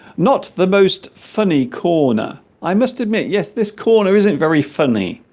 not the most funny corner i must admit yes this corner isn't very funny